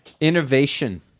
innovation